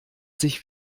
sich